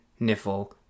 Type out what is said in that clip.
Niffle